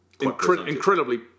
incredibly